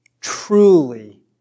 truly